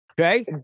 Okay